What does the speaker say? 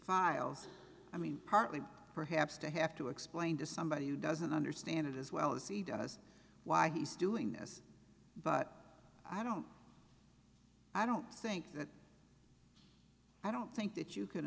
files i mean partly perhaps to have to explain to somebody who doesn't understand it as well as he does why he's doing this but i don't i don't think that i don't think that you can